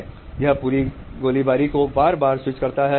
आप कुछ करते हैं तो यह पूरी फायरिंग को बार बार स्विच करता है